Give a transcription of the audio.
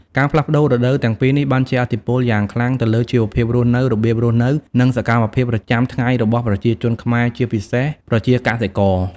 ការផ្លាស់ប្ដូររដូវទាំងពីរនេះបានជះឥទ្ធិពលយ៉ាងខ្លាំងទៅលើជីវភាពរស់នៅ របៀបរស់នៅ និងសកម្មភាពប្រចាំថ្ងៃរបស់ប្រជាជនខ្មែរ ជាពិសេសប្រជាកសិករ។